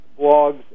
blogs